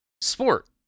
sport